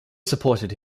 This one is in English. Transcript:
supported